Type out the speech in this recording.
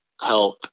help